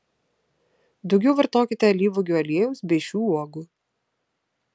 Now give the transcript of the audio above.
daugiau vartokite alyvuogių aliejaus bei šių uogų